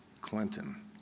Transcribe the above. Clinton